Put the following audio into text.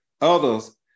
others